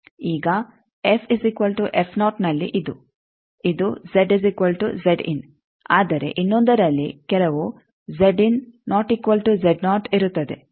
ಈಗ ನಲ್ಲಿ ಇದು ಇದು ಆದರೆ ಇನ್ನೊಂದರಲ್ಲಿ ಕೆಲವು ಇರುತ್ತದೆ